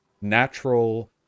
natural